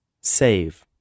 Save